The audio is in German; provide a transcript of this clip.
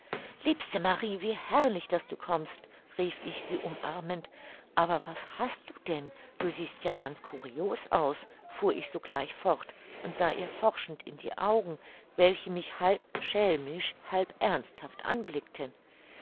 liebste marie wie herrlich daß du kommst rief ich sie umarmend aber was hast du denn du siehst ja ganz curios aus fuhr ich sogleich fort und sah ihr forschend in die augen welche mich halb schelmisch halb ernsthaft anblickten